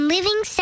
Living